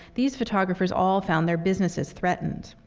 these photographers all found their businesses threatened.